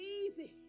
easy